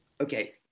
Okay